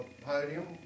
podium